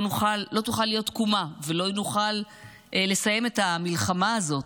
לא תוכל להיות תקומה ולא נוכל לסיים את המלחמה הזאת,